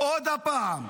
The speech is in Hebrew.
עוד פעם,